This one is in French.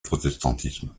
protestantisme